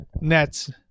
Nets